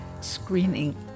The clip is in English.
screening